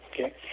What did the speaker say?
okay